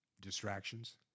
Distractions